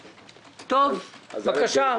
בבקשה.